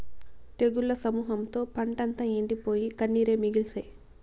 తెగుళ్ల సమూహంతో పంటంతా ఎండిపోయి, కన్నీరే మిగిల్సే